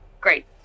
great